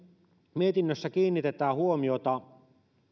mietinnössä kiinnitetään huomiota